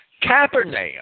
Capernaum